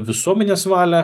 visuomenės valią